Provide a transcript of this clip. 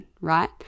right